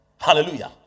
Hallelujah